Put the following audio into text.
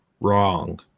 wrong